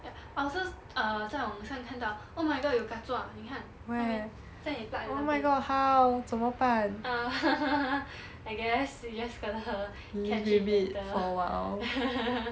ya I also err 在网上看到 oh my god 有 ka zua 妳看那边在你 plug 你那边 uh I guess we just gotta catch it later